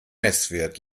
messwert